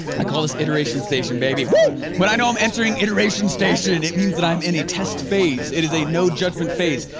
i call this iteration station, baby, woo when i know i'm entering iteration station, it means that i'm in a test phase. it is a no judgment phase.